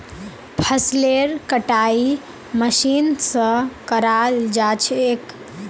फसलेर कटाई मशीन स कराल जा छेक